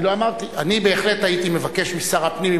אני בהחלט הייתי מבקש משר הפנים,